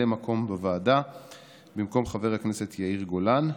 מקום בוועדה במקום חבר הכנסת יאיר גולן.